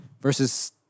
versus